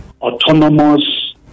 autonomous